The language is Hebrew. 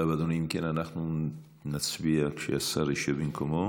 אם כן, אנחנו נצביע כשהשר יישב במקומו.